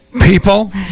People